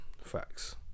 facts